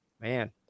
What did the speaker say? man